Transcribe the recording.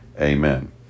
amen